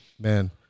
man